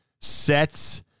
sets